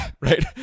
right